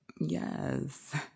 yes